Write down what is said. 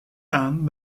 aan